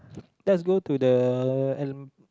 let's go to the uh